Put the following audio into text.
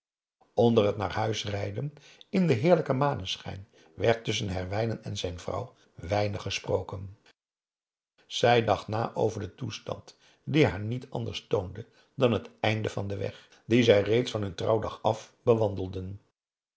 onder het naar huis rijden in den heerlijken maneschijn werd tusschen herwijnen en zijn vrouw weinig gesproken zij dacht na over den toestand die haar niet anders toonde dan het einde van den weg dien zij reeds van hun trouwdag af bewandelden